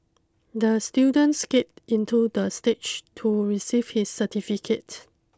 the student skate into the stage to receive his certificate